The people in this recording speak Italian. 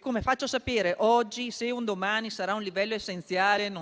Come si fa a sapere oggi se un domani sarà un livello essenziale